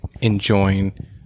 enjoying